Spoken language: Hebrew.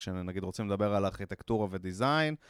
כשנגיד רוצים לדבר על ארכיטקטורה ודיזיין.